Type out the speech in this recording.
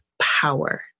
power